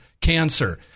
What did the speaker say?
cancer